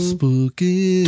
Spooky